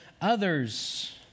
others